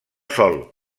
sol